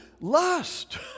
lust